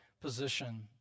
position